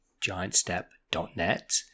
giantstep.net